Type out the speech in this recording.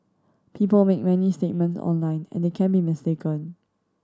people make many statement online and they can be mistaken